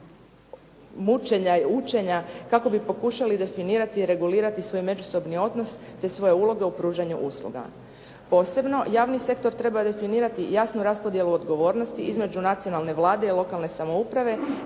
mučenja i učenja kako bi pokušali definirati i regulirati svoj međusobni odnos, te svoje uloge u pružanju usluga. Posebno javni sektor treba definirati jasnu raspodjelu odgovornosti između nacionalne vlade i lokane samouprave,